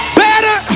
better